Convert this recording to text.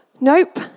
Nope